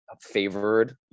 favored